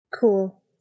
Cool